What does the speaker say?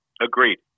Agreed